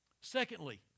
Secondly